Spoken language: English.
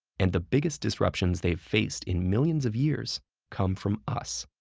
and the biggest disruptions they've faced in millions of years come from us.